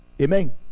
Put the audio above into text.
Amen